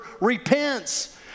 repents